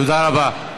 תודה רבה.